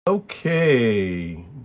Okay